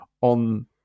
on